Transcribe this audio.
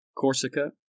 Corsica